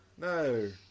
No